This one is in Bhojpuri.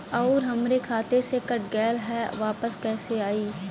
आऊर हमरे खाते से कट गैल ह वापस कैसे आई?